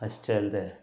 ಅಷ್ಟೇ ಅಲ್ಲದೇ